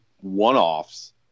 one-offs